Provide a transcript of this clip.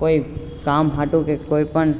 કોઈ કામ સાટુ કે કોઈપણ